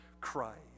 Christ